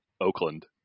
Oakland